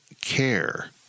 care